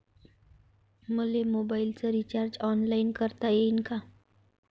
मले मोबाईलच recharge online करता येईन का?